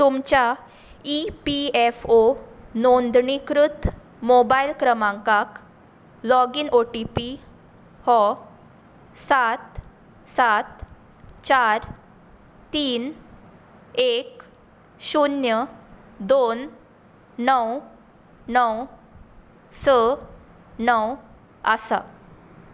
तुमच्या E P F O नोंदणीकृत mobile क्रमांकाक लाॅगीन ओटीपी हो सात सात चार तीन एक शुन्य दोन णव णव स णव आसा